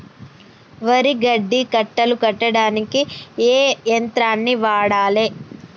వరి గడ్డి కట్టలు కట్టడానికి ఏ యంత్రాన్ని వాడాలే?